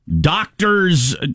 doctors